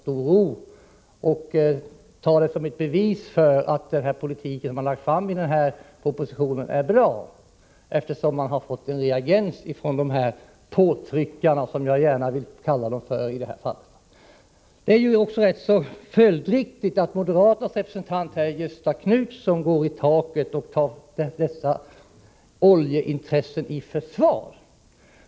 Regeringen kan ta det som ett bevis för att den politik som man ger uttryck åt i denna proposition är bra, eftersom man har fått en reaktion från dessa ”påtryckare”, som jag vill kalla dem i detta fall. Det är också följdriktigt att moderaternas representant Göthe Knutson går i taket och tar dessa oljeintressen i försvar.